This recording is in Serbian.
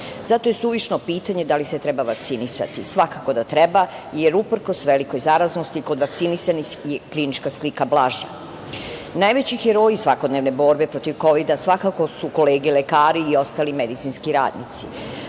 Zato je suvišno pitanje da li se treba vakcinisati. Svakako da treba, jer uprkos velikoj zaraznosti kod vakcinisanih je klinička slika blaža. Najveći heroji svakodnevno borbe protiv kovida svakako su kolege lekari i ostali medicinski radnici.